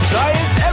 Science